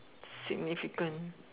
significant